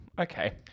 Okay